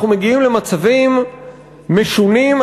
אנחנו מגיעים למצבים משונים,